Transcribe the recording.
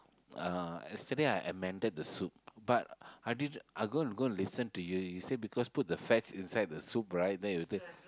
uh yesterday I ammended the soup but I did I go and go and listen to you you say out the fats in the soup right then you say